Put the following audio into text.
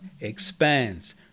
expands